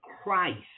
Christ